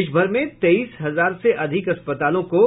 देशभर में तेईस हजार से अधिक अस्पतालों को